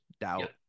doubt